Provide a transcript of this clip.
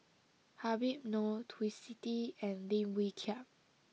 Habib Noh Twisstii and Lim Wee Kiak